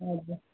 हजुर